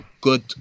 good